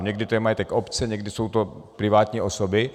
Někdy to je majetek obce, někdy jsou to privátní osoby.